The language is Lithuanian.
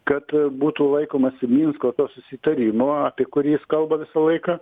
kad būtų laikomasi minsko to susitarimo apie kurį jis kalba visą laiką